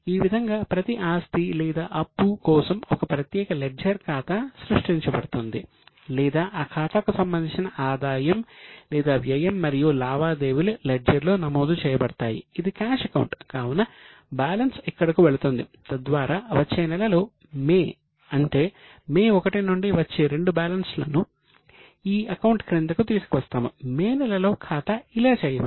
ఈ విధంగా ప్రతి ఆస్తి లేదా అప్పు కోసం ఒక ప్రత్యేక లెడ్జర్ ఖాతా కావున బ్యాలెన్స్ ఇక్కడకు వెళుతుంది తద్వారా వచ్చే నెలలో మే అంటే మే 1 నుండి వచ్చే రెండు బ్యాలెన్స్లను ఈ అకౌంట్ క్రిందకు తీసుకువస్తాము మే నెలలో ఖాతా ఇలా చేయవచ్చు